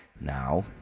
Now